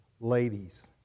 ladies